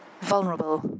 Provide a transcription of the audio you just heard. vulnerable